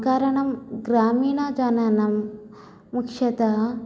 कारणम् ग्रामीणजनानां मुख्यतः